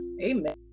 Amen